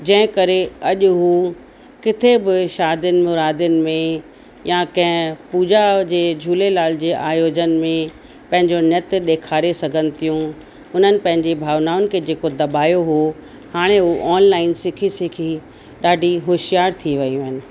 जंहिं करे अॼु हू किथे बि शादियुनि मुरादियुनि में या कंहिं पूॼा जे झूलेलाल आयोजन में पंहिंजो नृत्य ॾेखारे सघनि थियूं हुननि पंहिंजे भावनाउनि खे जेको दबायो हो हाणे हू ऑनलाइन सिखी सिखी ॾाढी हुशियारु थी वियूं आहिनि